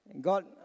God